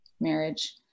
marriage